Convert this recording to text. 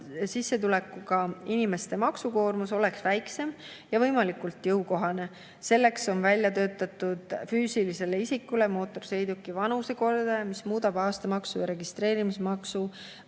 sissetulekuga inimeste maksukoormus oleks väiksem ja võimalikult jõukohane. Selleks on välja töötatud füüsilisele isikule mootorsõiduki vanusekordaja, mis muudab aastamaksu ja registreerimismaksu